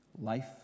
Life